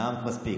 נאמת מספיק,